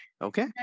Okay